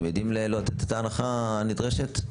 אתם יודעים לספק את ההנחה הנדרשת?